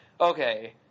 okay